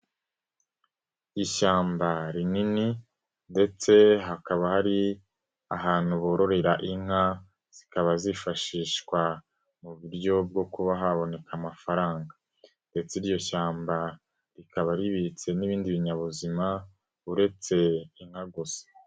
Ishyamba rinini ndetse hakaba hari ahantu bororera inka zikaba zifashishwa mu buryo bwo kuba haboneka amafaranga ndetse iryo shyamba rikaba ribitse n'ibindi binyabuzima uretse inka gusa.